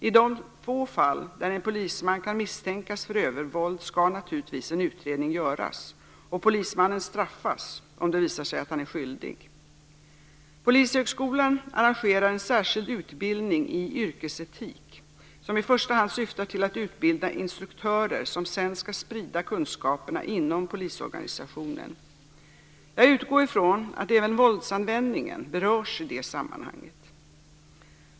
I de få fall där en polisman kan misstänkas för övervåld skall naturligtvis en utredning göras och polismannen straffas om det visar sig att han är skyldig. Polishögskolan arrangerar en särskild utbildning i yrkesetik som i första hand syftar till att utbilda instruktörer som sedan skall sprida kunskaperna inom polisorganisationen. Jag utgår från att även våldsanvändningen berörs i det sammanhanget.